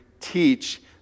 teach